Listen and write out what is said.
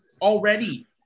already